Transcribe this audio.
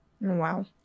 Wow